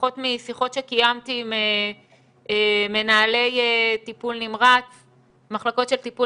לפחות משיחות שקיימתי עם מנהלי מחלקות של טיפול